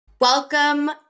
Welcome